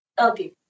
Okay